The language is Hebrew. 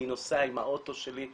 אני נוסע עם האוטו שלי,